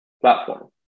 platform